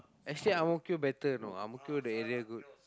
actually Ang-Mo-Kio better know Ang-Mo-Kio the area good